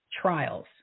trials